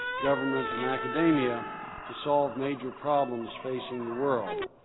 government, and academia to solve major problems facing the world.